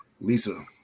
Lisa